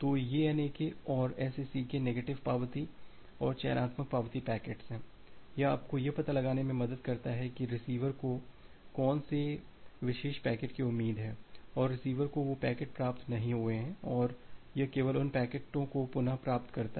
तो यह NAK और SACK नेगेटिव पावती और चयनात्मक पावती पैकेट्स है यह आपको यह पता लगाने में मदद करता है कि रिसीवर को कौन से विशेष पैकेट की उम्मीद है और रिसीवर को वो पैकेट्स प्राप्त नहीं हुए हैं और यह केवल उन पैकेटों को पुनः प्राप्त करता है